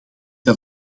het